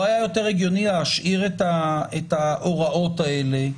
לא היה יותר הגיוני להשאיר את ההוראות האלה?